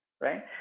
right